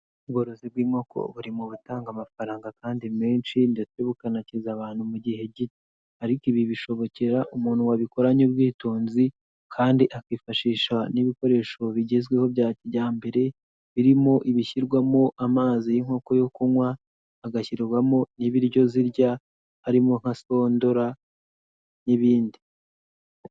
Ubworozi bw'inkoko buri mu butanga amafaranga kandi menshi ndetse bukanakiza abantu mu gihe gito ariko ibi bishobokera umuntu wabikoranye ubwitonzi kandi akifashisha n'ibikoresho bigezweho bya kijyambere birimo ibishyirwamo amazi y'inkoko yo kunywa, hagashyirwamo n'ibiryo zirya harimo nka sondola n'ibindi.